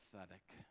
pathetic